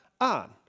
on